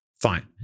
Fine